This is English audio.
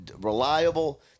reliable